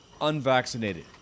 unvaccinated